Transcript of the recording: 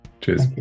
Cheers